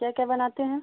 क्या क्या बनाते हैं